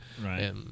Right